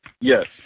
Yes